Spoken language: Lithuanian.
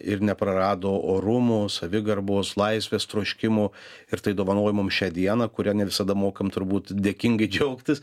ir neprarado orumo savigarbos laisvės troškimo ir tai dovanoja mums šią dieną kuria ne visada mokam turbūt dėkingai džiaugtis